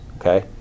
okay